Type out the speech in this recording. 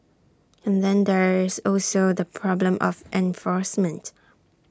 and then there is also the problem of enforcement